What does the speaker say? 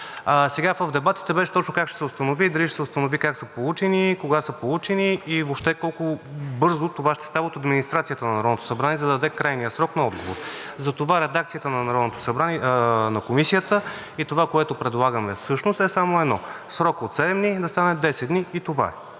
няма. В дебатите беше точно как ще се установи – дали ще се установи как са получени, кога са получени и въобще колко бързо това ще става от администрацията на Народното събрание, за да даде крайния срок на отговор. Затова редакцията на Комисията и това, което предлагаме всъщност, е само едно: „В срок от 7 дни“ да стане „10 дни“ и това е,